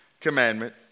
commandment